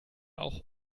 auch